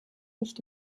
nicht